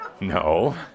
no